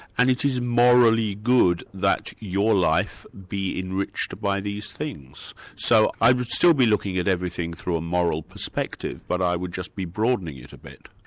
and it is morally good that your life be enriched by these things. so i would still be looking at everything through a moral perspective, but i would just be broadening it a bit.